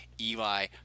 Eli